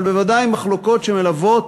אבל בוודאי מחלוקות שמלוות